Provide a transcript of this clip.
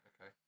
okay